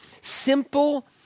simple